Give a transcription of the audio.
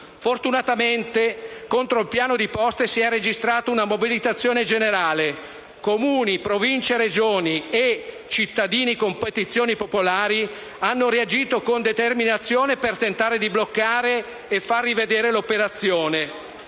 Fortunatamente contro il piano di Poste si è registrata una mobilitazione generale. Comuni, Province e Regioni e cittadini con petizioni popolari, hanno reagito con determinazione per tentare di bloccare e far rivedere l'operazione.